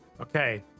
Okay